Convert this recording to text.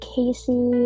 Casey